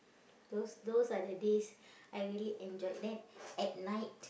those those are the days I really enjoyed then at night